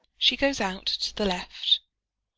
she goes out to the left.